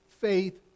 faith